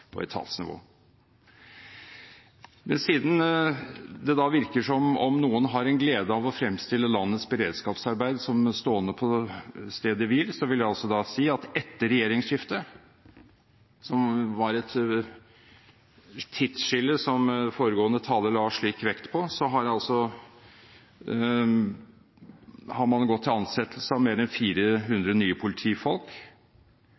på etatsnivå. Men siden det virker som om noen har en glede av å fremstille landets beredskapsarbeid som stående på stedet hvil, så vil jeg altså si at etter regjeringsskiftet – som var et tidsskille, som foregående taler la slik vekt på – har man gått til ansettelse av mer enn 400 nye politifolk,